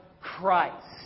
Christ